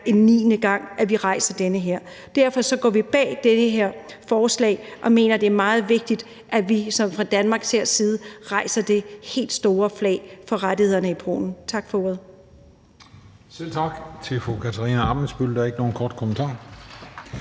en niende gang – at vi rejser den her sag. Derfor står vi bag det her forslag og mener, at det er meget vigtigt, at vi fra Danmarks side her hejser det helt store flag for rettighederne i Polen. Tak for ordet. Kl. 18:28 Den fg. formand (Christian Juhl): Selv tak til